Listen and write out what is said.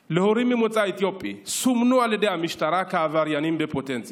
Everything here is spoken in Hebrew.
להורים ממוצא אתיופי סומנו על ידי המשטרה כעבריינים בפוטנציה